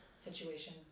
situation